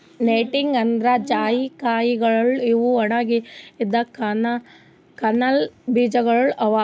nutmeg ಅಂದುರ್ ಜಾಯಿಕಾಯಿಗೊಳ್ ಇವು ಒಣಗಿದ್ ಕರ್ನಲ್ ಬೀಜಗೊಳ್ ಅವಾ